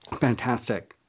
Fantastic